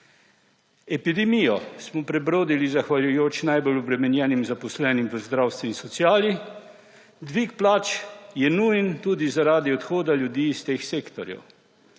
»Epidemijo smo prebrodili zahvaljujoč najbolj obremenjenim zaposlenim v zdravstvu in sociali, dvig plač je nujen tudi zaradi odhoda ljudi iz teh sektorjev.